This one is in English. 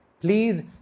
Please